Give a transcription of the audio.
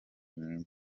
mwiza